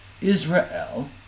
Israel